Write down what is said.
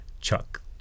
chuck